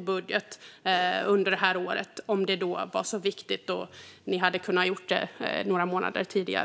budgetpropositionen om det nu var så viktigt och ni ville genomföra det för några månader sedan?